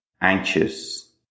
anxious